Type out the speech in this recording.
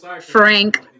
Frank